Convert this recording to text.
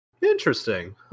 Interesting